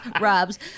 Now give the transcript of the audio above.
robs